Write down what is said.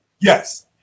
Yes